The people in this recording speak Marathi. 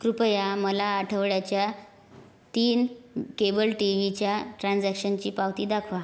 कृपया मला आठवड्याच्या तीन केबल टीवीच्या ट्रान्जॅक्शनची पावती दाखवा